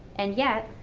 and yet,